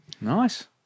nice